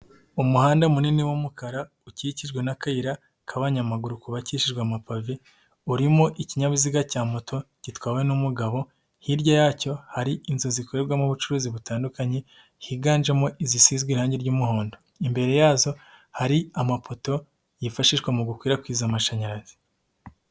Umuhanda munini w'umukara ukikijwe n'akayira k'abanyamaguru kubabakishijwe amapave urimo ikinyabiziga cya moto gitwawe n'umugabo, hirya yacyo hari inzu zikorerwamo ubucuruzi butandukanye higanjemo izisizwe irange ry'umuhondo, imbere yazo hari amapoto yifashishwa mu gukwirakwiza amashanyarazi.